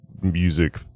music